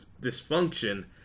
dysfunction